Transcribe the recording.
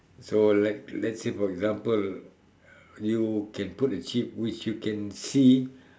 so let let's say for example you can put a chip which you can see